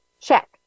check